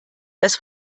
das